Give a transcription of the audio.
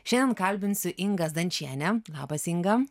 šiandien kalbinsiu ingą zdančienę labas inga